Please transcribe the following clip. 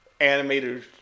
animators